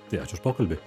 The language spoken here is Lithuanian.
tai ačiū už pokalbį